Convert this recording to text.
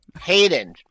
Hayden